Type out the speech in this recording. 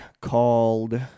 called